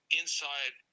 inside